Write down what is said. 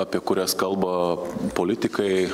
apie kurias kalba politikai